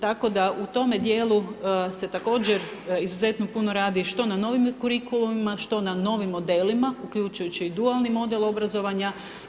Tako da u tome dijelu se također izuzetno puno radi što na novim kurikulumima, što na novim modelima uključujući i dualni model obrazovanja.